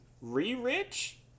re-rich